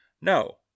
no